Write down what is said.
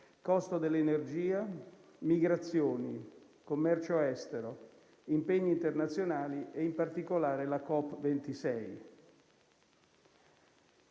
costo dell'energia, migrazioni, commercio estero, impegni internazionali e, in particolare, la COP 26.